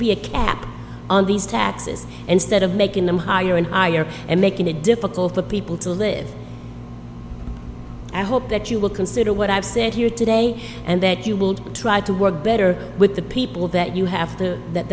be a cap on these taxes instead of making them higher and higher and making it difficult for people to live i hope that you will consider what i've said here today and that you will try to work better with the people that you have to that